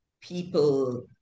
people